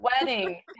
wedding